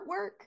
artwork